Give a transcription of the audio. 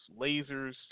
lasers